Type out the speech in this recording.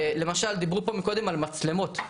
למשל דיברו פה קודם על מצלמות.